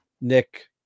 Nick